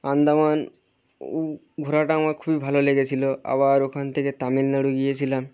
আন্দামান ঘোরাটা আমার খুবই ভালো লেগেছিলো আবার ওখান থেকে তামিলনাড়ু গিয়েছিলাম